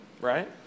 right